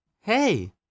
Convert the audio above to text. hey